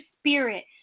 spirit